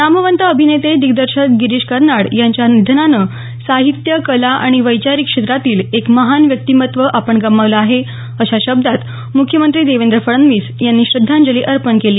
नामवंत अभिनेते दिग्दर्शक गिरीश कर्नाड यांच्या निधनानं साहित्य कला आणि वैचारिक क्षेत्रातील एक महान व्यक्तिमत्व आपण गमावल आहे अशा शब्दात मुख्यमंत्री देवेंद्र फडणवीस यांनी श्रद्धांजली अर्पण केली